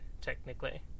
technically